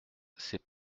c’est